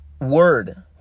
word